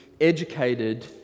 educated